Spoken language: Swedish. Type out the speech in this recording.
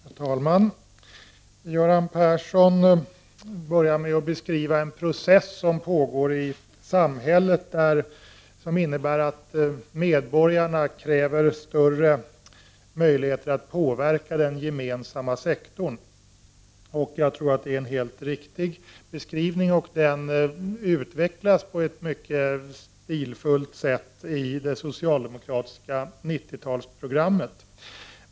Herr talman! Göran Persson började med att beskriva en process som pågår i samhället och som innebär att medborgarna kräver större möjligheter att påverka den gemensamma sektorn. Jag tror att det är en helt riktig beskrivning, och den utvecklas på ett mycket stilfullt sätt i det socialdemokratiska 90-talsprogrammet.